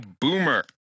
boomer